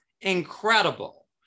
incredible